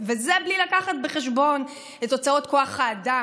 וזה בלי להביא בחשבון את הוצאות כוח האדם,